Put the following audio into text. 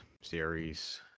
series